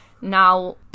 Now